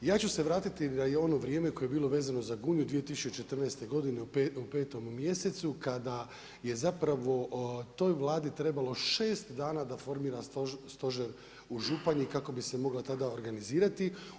Ja ću se vratiti na i u ono vrijeme koje je bilo vezano za Gunju 2014. godine u 5. mjesecu, kada je zapravo toj Vladi trebalo 6 dana da formira stožer u Županji kako bi se mogla tada organizirati.